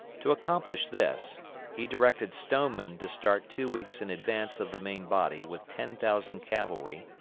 to accomplish this he directed stoneman to start two weeks in advance of the main body with ten thousand cavalry,